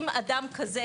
אם אדם כזה